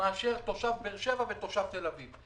כמו תושב באר שבע ותושב תל אביב.